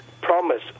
promise